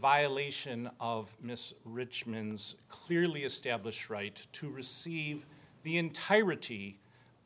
violation of richmond's clearly established right to receive the entirety